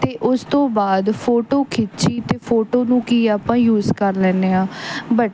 ਅਤੇ ਉਸ ਤੋਂ ਬਾਅਦ ਫੋਟੋ ਖਿੱਚੀ ਅਤੇ ਫੋਟੋ ਨੂੰ ਕਿ ਆਪਾਂ ਯੂਜ ਕਰ ਲੈਂਦੇ ਹਾਂ ਬਟ